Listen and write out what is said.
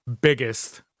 biggest